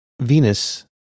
Venus